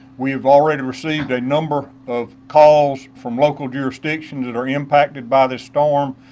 we've already received a number of calls from local jurisdictions that are impacted by the storm.